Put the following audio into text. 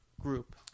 group